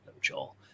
Joel